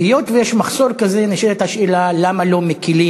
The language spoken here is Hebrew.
והיות שיש מחסור כזה נשאלת השאלה: למה לא מקלים